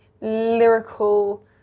lyrical